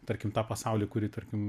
tarkim tą pasaulį kurį tarkim